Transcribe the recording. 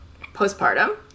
postpartum